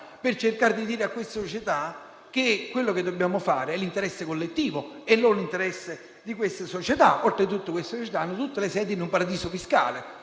per cercare di dire a queste società che quello che dobbiamo fare è l'interesse collettivo e non quello delle singole società. Oltre tutto queste società hanno tutte sede in un paradiso fiscale;